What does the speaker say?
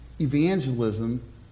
evangelism